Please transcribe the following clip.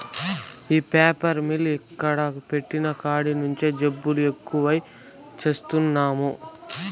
ఈ paper mill ఈడ పెట్టిన కాడి నుంచే జబ్బులు ఎక్కువై చత్తన్నాము